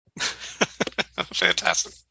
fantastic